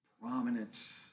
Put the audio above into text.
prominent